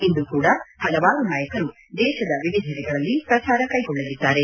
ಇಂದು ಕೂಡ ಹಲವಾರು ನಾಯಕರು ದೇಶದ ವಿವಿಧೆಡೆಗಳಲ್ಲಿ ಪ್ರಚಾರ ಕೈಗೊಳ್ಳಲಿದ್ದಾರೆ